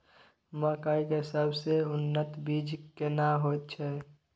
मकई के सबसे उन्नत बीज केना होयत छै?